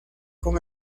con